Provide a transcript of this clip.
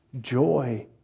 joy